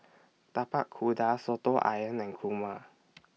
Tapak Kuda Soto Ayam and Kurma